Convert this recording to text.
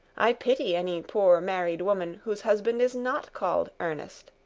i pity any poor married woman whose husband is not called ernest.